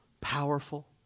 powerful